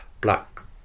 black